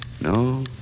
No